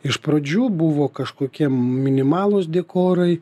iš pradžių buvo kažkokie minimalūs dekorai